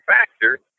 factor